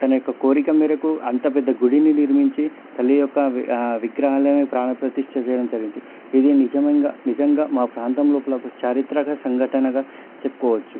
తన యొక్క కోరిక మేరకు అంత పెద్ద గుడిని నిర్మించి తల్లి యొక్క విగ్రహాలను ప్రాణప్రతిష్ఠ చేయడం జరిగింది ఇది నిజమంగా నిజంగా మా ప్రాంతంలోపల ఒక చారిత్రక సంఘటనగా చెప్పుకోవచ్చు